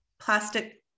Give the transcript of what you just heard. plastic